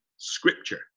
scripture